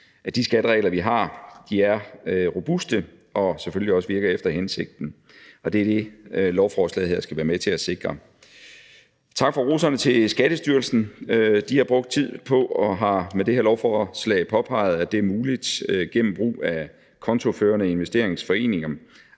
at de skatteregler, vi har, er robuste og selvfølgelig også virker efter hensigten, og det er det, lovforslaget her skal være med til at sikre. Tak for roserne til Skattestyrelsen. De har brugt tid på det og har med det her lovforslag påpeget, at det er muligt gennem brug af kontoførende investeringsforeninger